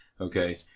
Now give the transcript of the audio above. Okay